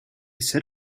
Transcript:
set